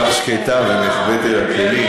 היא כל כך שקטה ונחבאת אל הכלים.